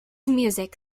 music